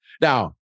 Now